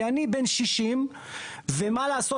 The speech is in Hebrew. כי אני בן שישים, ומה לעשות?